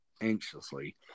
anxiously